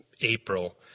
April